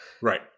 Right